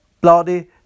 bloody